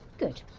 good.